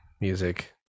music